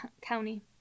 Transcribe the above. county